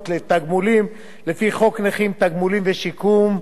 לתגמולים לפי חוק הנכים (תגמולים ושיקום),